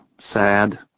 Sad